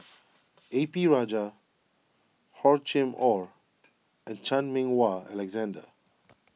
A P Rajah Hor Chim or and Chan Meng Wah Alexander